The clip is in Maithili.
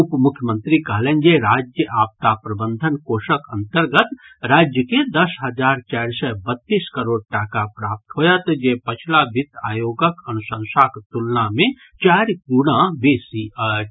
उपमुख्यमंत्री कहलनि जे राज्य आपदा प्रबंधन कोषक अन्तर्गत राज्य के दस हजार चारि सय बत्तीस करोड़ टाका प्राप्त होयत जे पछिला वित्त आयोगक अनुशंसाक तुलना मे चारि गुणा बेसी अछि